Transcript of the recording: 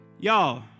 Y'all